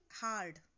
hard